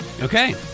Okay